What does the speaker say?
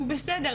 הוא בסדר,